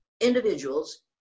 individuals